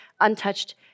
untouched